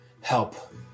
help